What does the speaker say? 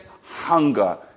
hunger